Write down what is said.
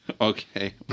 Okay